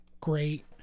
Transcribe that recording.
Great